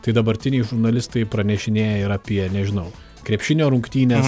tai dabartiniai žurnalistai pranešinėja ir apie nežinau krepšinio rungtynes